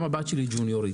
גם הבת שלי ג'וניורית.